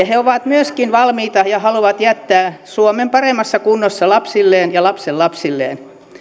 he ovat myöskin valmiita ja haluavat jättää suomen paremmassa kunnossa lapsilleen ja lastenlapsilleen